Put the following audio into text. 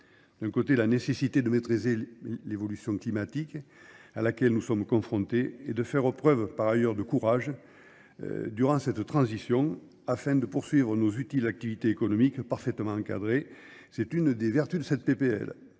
D'un côté, la nécessité de maîtriser l'évolution climatique à laquelle nous sommes confrontés et de faire preuve, par ailleurs, de courage durant cette transition afin de poursuivre nos utiles activités économiques parfaitement encadrées. C'est une des vertus de cette PPL.